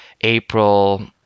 April